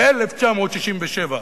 ב-1967.